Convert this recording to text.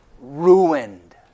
ruined